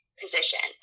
position